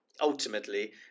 ultimately